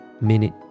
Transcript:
minute